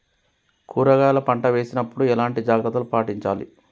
కూరగాయల పంట వేసినప్పుడు ఎలాంటి జాగ్రత్తలు పాటించాలి?